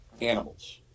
animals